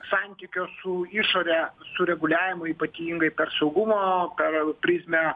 santykio su išore sureguliavimo ypatingai per saugumo per prizmę